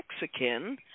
Mexican